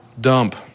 dump